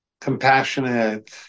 compassionate